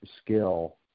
skill